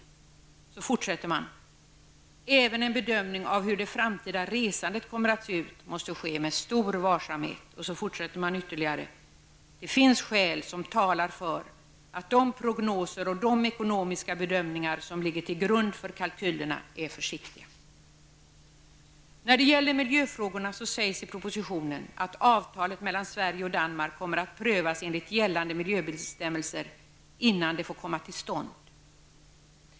Längre fram säger man: ''Även en bedömning av hur det framtida resandet kommer att se ut måste ske med stor varsamhet.'' Därefter fortsätter man: ''Det finns skäl som talar för att de prognoser och de ekonomiska bedömningar som ligger till grund för kalkylerna är försiktiga.'' Beträffande miljöfrågorna sägs i propositionen att avtalet mellan Sverige och Danmark kommer att prövas enligt gällande miljöbestämmelser innan det får komma till stånd.